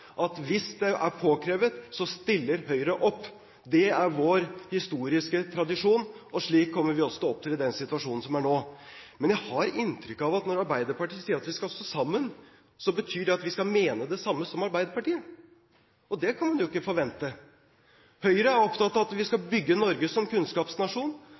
at hvis det er påkrevet, stiller Høyre opp. Det er vår historiske tradisjon, og slik kommer vi også til å opptre i den situasjonen som er nå. Men jeg har inntrykk av at når Arbeiderpartiet sier at vi skal stå sammen, betyr det at vi skal mene det samme som Arbeiderpartiet – og det kan man jo ikke forvente. Høyre er opptatt av at vi skal bygge Norge som kunnskapsnasjon,